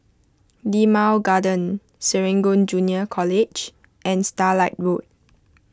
Limau Garden Serangoon Junior College and Starlight Road